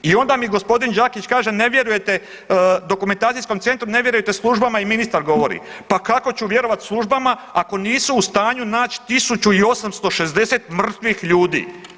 I onda mi gospodin Đakić kaže ne vjerujete Dokumentacijskom centru, ne vjerujete službama i ministar govori, pa kako ću vjerovati službama ako nisu u stanju naći 1860 mrtvih ljudi.